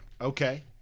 Okay